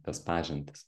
tas pažintis